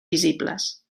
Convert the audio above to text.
visibles